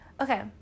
Okay